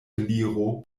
gliro